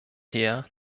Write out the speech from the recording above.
her